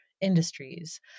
industries